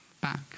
back